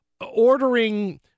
ordering